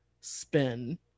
spin